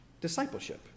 discipleship